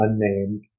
unnamed